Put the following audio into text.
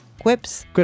quips